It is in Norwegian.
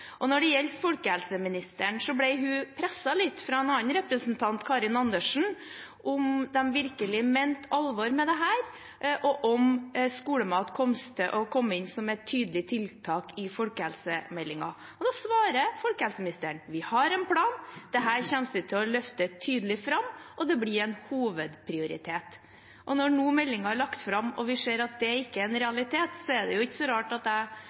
Når det gjelder folkehelseministeren, ble hun presset litt av en annen representant, Karin Andersen, på om de virkelig mente alvor med dette, og om skolemat kom til å komme inn som et tydelig tiltak i folkehelsemeldingen. Da svarte folkehelseministeren: Vi har en plan, dette kommer vi til å løfte tydelig fram, og det blir en hovedprioritet. Når nå meldingen er lagt fram og vi ser at det ikke er en realitet, er det ikke så rart at jeg spør om det er kunnskapsministeren og Høyre som har fått det siste ordet, om det her er